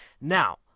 Now